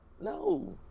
no